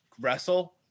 wrestle